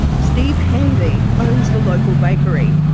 steve hanvey owns the local bakery.